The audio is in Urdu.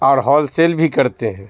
اور ہول سیل بھی کرتے ہیں